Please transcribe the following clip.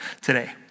today